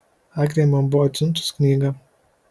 agnė man buvo atsiuntus knygą